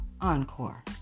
Encore